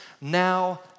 Now